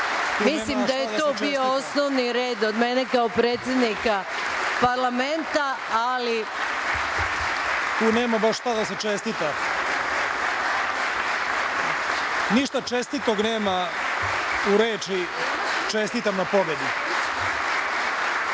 Mislim da je to bio osnovni red od mene kao predsednika Parlamenta, ali… **Balša Božović** Tu nema baš šta da se čestita. Ništa čestitog nema u reči - čestitam na pobedi.